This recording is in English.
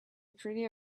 pretty